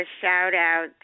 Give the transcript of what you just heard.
shout-out